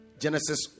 Genesis